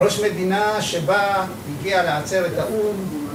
ראש מדינה שבה הגיע לעצרת האום